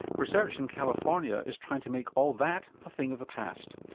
research in california is trying to make all that a thing of the past.